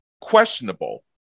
questionable